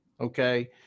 Okay